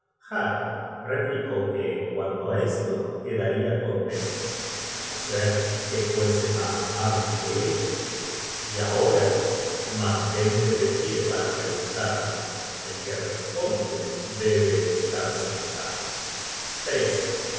har replicó que en cuanto á esto quedaria contento á no ser que fuese mas hábil que ellos y ahora mantente de pie para preguntarme el que responde debe estar sentado y